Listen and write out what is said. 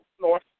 North